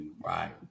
Right